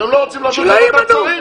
אתם לא רוצים להעביר לוועדת שרים,